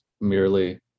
merely